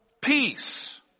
peace